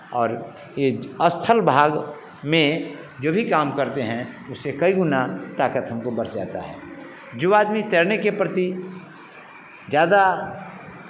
और ये जो स्थल भाग में जो भी काम करते हैं उससे कई गुणा ताकत हमको बढ़ जाता है जो आदमी तैरने के प्रति ज़्यादा